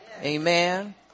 Amen